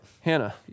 Hannah